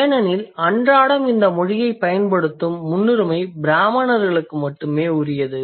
ஏனெனில் அன்றாடம் இந்த மொழியைப் பயன்படுத்தும் முன்னுரிமை பிராமணர்களுக்கு மட்டுமே உரியது